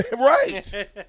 Right